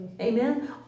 Amen